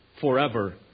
forever